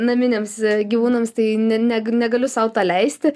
naminiams gyvūnams tai ne neg negaliu sau to leisti